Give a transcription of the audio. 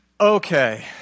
Okay